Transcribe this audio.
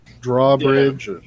drawbridge